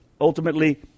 ultimately